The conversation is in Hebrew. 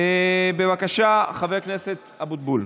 בבקשה, חבר הכנסת אבוטבול,